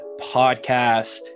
Podcast